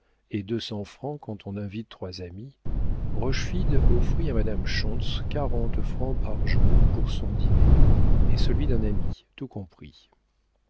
et deux cents francs quand on invite trois amis rochefide offrit à madame schontz quarante francs par jour pour son dîner et celui d'un ami tout compris